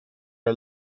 del